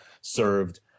served